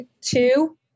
two